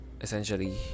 essentially